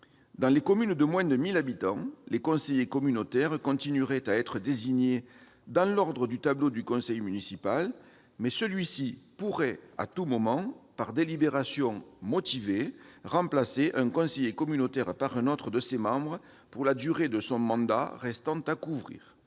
Dans les communes de moins de 1 000 habitants, les conseillers communautaires continueraient à être désignés dans l'ordre du tableau du conseil municipal, mais celui-ci pourrait à tout moment, par délibération motivée, remplacer un conseiller communautaire par un autre de ses membres pour la durée de son mandat restant à courir.